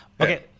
Okay